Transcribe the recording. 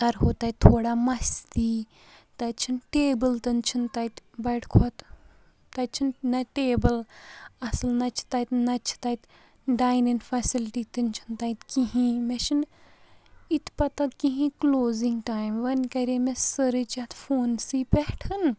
کرہو تَتہِ تھوڑا مَستی تَتہِ چھِنہٕ ٹیبٕل تہِ چھِنہٕ تَتہِ بَڑۍ کھۄتہٕ تَتہِ چھِنہٕ نہ ٹیبٕل اَصٕل نہ چھِ تَتہِ ڈایِنِنٛگ فیسلٹی تِن چھنہٕ تَتہِ کِہیٖنۍ مےٚ چھُنہٕ یِتہِ پتہ کہیٖنۍ کٕلوزِنٛگ ٹایِم وۄنۍ کَرے مےٚ سرٕچ یَتھ فونسٕے پٮ۪ٹھ